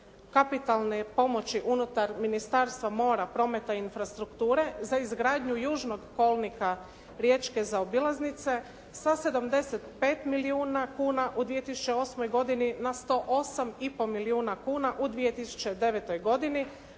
kapitalne pomoći unutar Ministarstva mora, prometa i infrastrukture za izgradnju južnog kolnika riječke zaobilaznice sa 75 milijuna kuna u 2008. godini na 108 i pol milijuna kuna u 2009. godini,